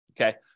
okay